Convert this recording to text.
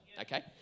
Okay